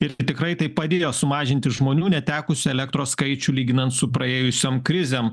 ir tikrai tai padėjo sumažinti žmonių netekusių elektros skaičių lyginant su praėjusiom krizėm